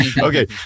Okay